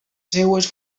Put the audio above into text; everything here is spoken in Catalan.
seues